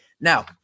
Now